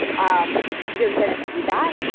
um you're going to see that.